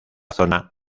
zona